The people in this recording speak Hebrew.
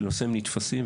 שנושאיהם נתפסים,